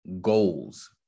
goals